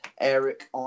Eric